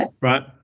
right